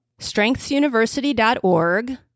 strengthsuniversity.org